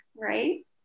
right